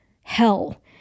hell